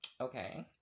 Okay